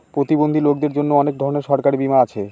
প্রতিবন্ধী লোকদের জন্য অনেক ধরনের সরকারি বীমা আছে